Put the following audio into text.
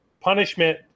punishment